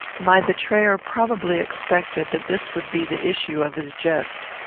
my betrayer probably expected that this would be the issue of his jest.